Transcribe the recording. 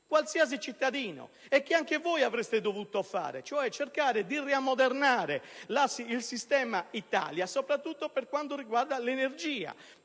qualsiasi cittadino, e che anche voi avreste dovuto fare, cioè cercare di riammodernare il sistema Italia soprattutto per quanto riguarda l'energia.